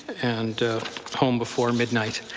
and home before midnight.